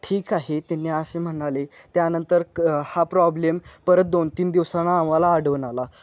ठीक आहे त्यांनी असे म्हणाले त्यानंतर क हा प्रॉब्लेम परत दोन तीन दिवसानं आम्हाला आढळून आला